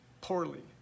Poorly